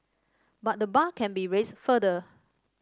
but the bar can be raised further